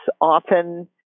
often